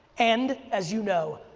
and as you know,